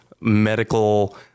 medical